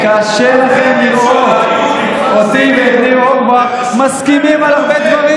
קשה לכם לראות אותי ואת ניר אורבך מסכימים על הרבה דברים,